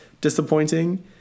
disappointing